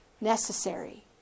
necessary